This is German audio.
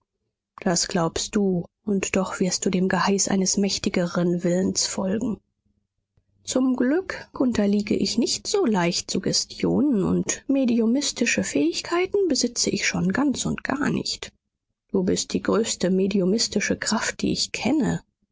das glaubst du und doch wirst du dem geheiß eines mächtigeren willens folgen zum glück unterliege ich nicht so leicht suggestionen und mediumistische fähigkeiten besitze ich schon ganz und gar nicht du bist die größte mediumistische kraft die ich kenne